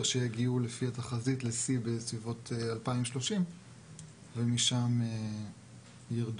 שיגיעו לפי התחזית לשיא בסביבות 2030 ומשם יירדו.